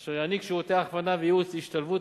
אשר יעניק שירותי הכוונה וייעוץ להשתלבות